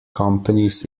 companies